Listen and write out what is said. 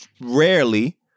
rarely